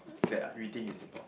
that we think is important